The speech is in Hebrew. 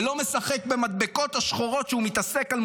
ולא משחק במדבקות השחורות שהוא מתעסק בהן,